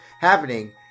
happening